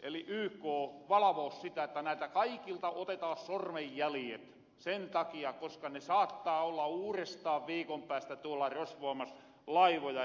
eli yk valvoos sitä että näiltä kaikilta otetaan sormenjälijet sen takia koska ne saattaa olla uurestaan viikon päästä tuolla rosvoomas laivoja